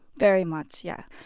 very much, yeah.